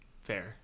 Fair